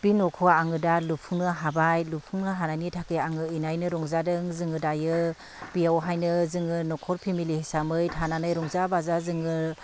बे न'खौ आङो दा लुफुंनो हाबाय लुफुंनो हानायनि थाखै आङो इनायनो रंजादों जोङो दायो बेयावहायनो जोङो न'खर फेमेलि हिसाबै थानानै रंजा बाजा जोङो